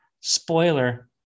Spoiler